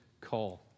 call